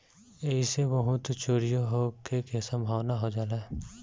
ऐइसे बहुते चोरीओ होखे के सम्भावना हो जाला